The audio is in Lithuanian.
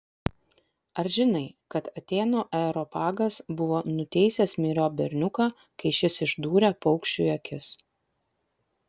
ar žinai kad atėnų areopagas buvo nuteisęs myriop berniuką kai šis išdūrė paukščiui akis